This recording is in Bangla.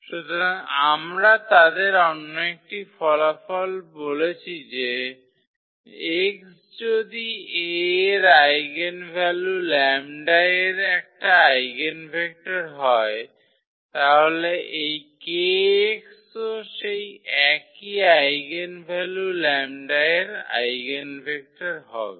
সুতরাং আমরা তাদের অন্য একটি ফলাফল বলেছি যে 𝑥 যদি A এর আইগেনভ্যালু λ এর একটা আইগেনভেক্টর হয় তাহলে এই 𝑘𝑥 ও সেই একই আইগেনভ্যালু λ এর আইগেনভেক্টর হবে